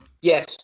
Yes